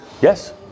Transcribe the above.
Yes